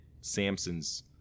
Samson's